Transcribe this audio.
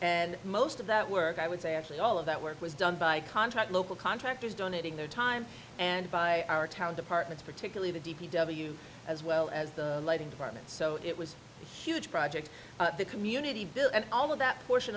and most of that work i would say actually all of that work was done by contract local contractors donating their time and by our town departments particularly the d p w as well as the lighting department so it was huge project the community bill and all of that portion